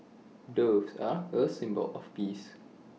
doves are A symbol of peace